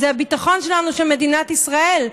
זה הביטחון שלנו, של מדינת ישראל.